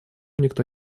никто